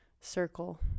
circle